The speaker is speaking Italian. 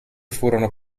furono